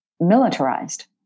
militarized